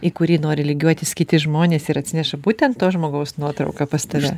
į kurį nori lygiuotis kiti žmonės ir atsineša būtent to žmogaus nuotrauką pas tave